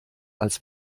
als